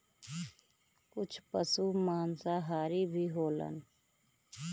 कुछ पसु मांसाहारी भी होलन